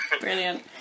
Brilliant